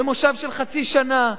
מושב של חצי שנה,